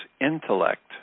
intellect